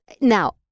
Now